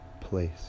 place